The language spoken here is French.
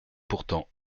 pourtant